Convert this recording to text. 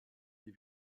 des